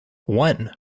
one